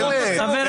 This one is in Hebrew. באמת.